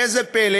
ראה זה פלא,